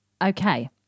Okay